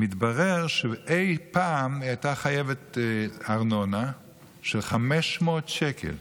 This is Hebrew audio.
מתברר שאי פעם היא הייתה חייבת ארנונה של 500 שקלים.